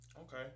okay